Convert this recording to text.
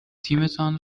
تیمتان